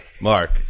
Mark